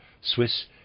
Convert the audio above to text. Swiss